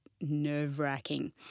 nerve-wracking